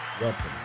welcome